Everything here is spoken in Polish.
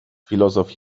filozof